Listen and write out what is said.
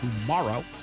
tomorrow